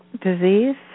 disease